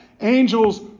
Angels